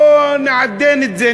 בוא נעדן את זה,